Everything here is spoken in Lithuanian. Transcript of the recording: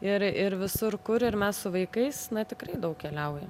ir ir visur kur ir mes su vaikais na tikrai daug keliaujam